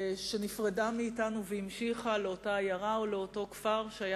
שנפרדה מאתנו והמשיכה לאותה עיירה או לאותו כפר שהיה